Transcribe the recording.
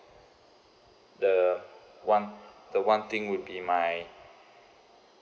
the one the one thing would be my